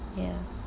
ya